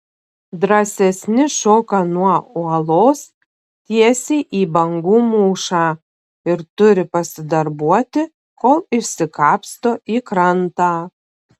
drąsesni šoka nuo uolos tiesiai į bangų mūšą ir turi pasidarbuoti kol išsikapsto į krantą